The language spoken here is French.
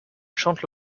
chante